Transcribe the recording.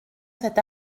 cet